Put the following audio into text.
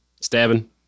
Stabbing